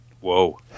Whoa